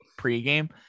pregame